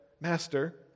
master